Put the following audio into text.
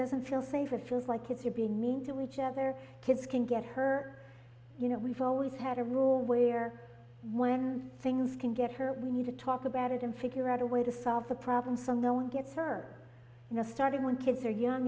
doesn't feel safe it feels like it's you're being mean to each other kids can get her you know we've always had a rule where when things can get hurt we need to talk about it and figure out a way to solve the problem some no one gets her you know starting when kids are young